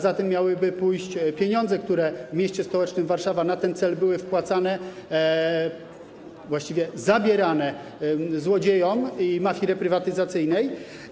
Za tym miałyby pójść pieniądze, które w mieście stołecznym Warszawa na ten cel były wpłacane, właściwie zabierane złodziejom i mafii reprywatyzacyjnej.